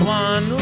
one